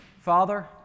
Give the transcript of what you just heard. Father